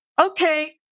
okay